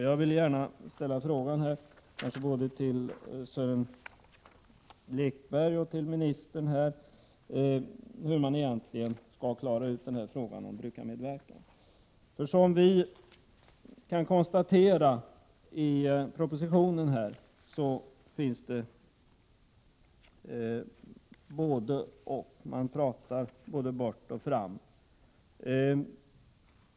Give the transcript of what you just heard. Jag vill här gärna fråga både Sören Lekberg och ministern hur man egentligen skall klara ut frågan om brukarmedverkan. Vi kan konstatera att det i propositionen finns både—-och. Man pratar både bort och fram.